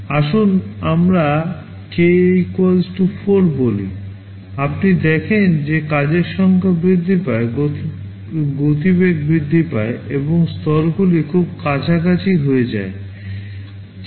আসুন আমরা K 4 বলি আপনি দেখেন যে কাজের সংখ্যা বৃদ্ধি পায় গতিবেগ বৃদ্ধি পায় এবং স্তরগুলি খুব খুব কাছাকাছি হয়ে যায় 4